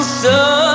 sun